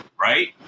right